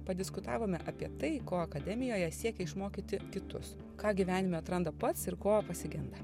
padiskutavome apie tai ko akademijoje siekia išmokyti kitus ką gyvenime atranda pats ir ko pasigenda